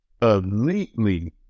elitely